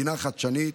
מדינה חדשנית,